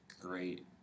great